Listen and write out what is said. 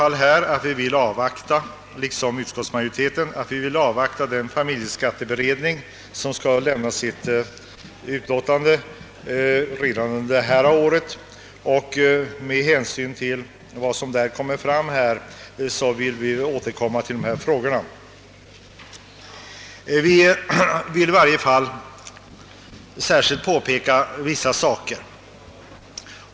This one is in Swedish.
Liksom utskottsmajoriteten will vi avvakta det utlåtande som familjeskatteberedningen skall lämna redan i år och sedan återkomma till dessa frågor. Vi önskar särskilt påpeka vissa saker.